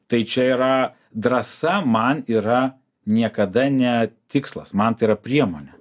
tai čia yra drąsa man yra niekada ne tikslas man tai yra priemonė